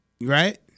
Right